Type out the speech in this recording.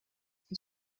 for